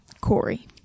Corey